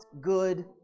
good